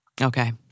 Okay